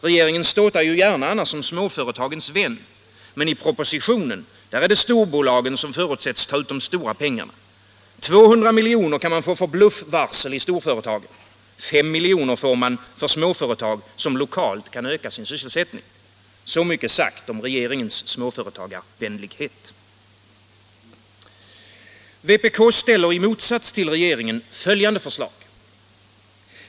Regeringen ståtar annars gärna som småföretagens vän, men i propositionen är det storbolagen som förutsätts ta ut de stora pengarna. 200 miljoner kan storföretagen få för bluffvarsel. 5 miljoner får småföretag som lokalt kan öka sin sysselsättning. Så mycket sagt om regeringens småföretagarvänlighet. Vpk ställer i motsats till regeringen följande förslag.